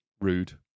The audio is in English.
Rude